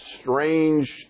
strange